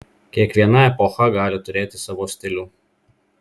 kiekviena epocha gali turėti savo stilių